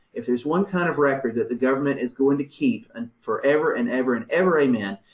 if there's one kind of record that the government is going to keep and forever and ever and ever, amen,